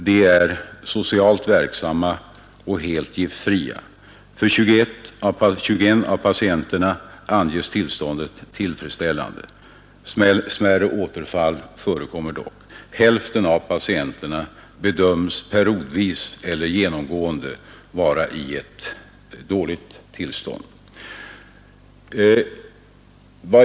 De är socialt verksamma och helt giftfria. För 21 av patienterna anges tillståndet vara tillfredsställande. Smärre återfall förekommer dock. Hälften av patienterna bedöms periodvis eller genomgående vara i dåligt tillstånd.